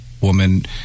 woman